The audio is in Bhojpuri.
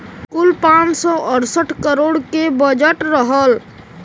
कुल पाँच सौ अड़सठ करोड़ के बजट रहल